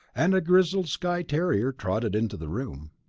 and a grizzled skye terrier trotted into the room.